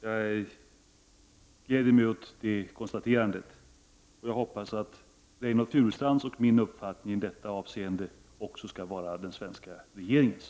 Jag gläder mig åt det konstaterandet, och jag hoppas att Reinoldh Furustrands och min uppfattning i detta avseende också skall vara den svenska regeringens.